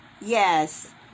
Yes